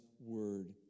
Word